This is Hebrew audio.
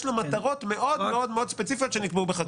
לו מטרות מאוד מאוד ספציפיות שנקבעו בחקיקה.